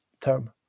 term